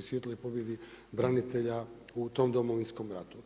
svijetloj pobjedi branitelja u tom domovinskom ratu.